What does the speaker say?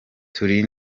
turi